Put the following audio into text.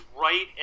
right